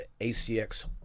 ACX